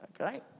Okay